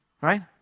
right